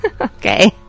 Okay